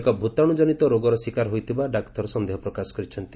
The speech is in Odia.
ଏକ ଭୂତାଶୁ ଜନିତ ରୋଗର ଶୀକାର ହୋଇଥିବା ଡାକ୍ତର ସନ୍ଦେହ ପ୍ରକାଶ କରିଛନ୍ତି